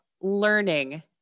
learning